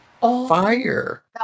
fire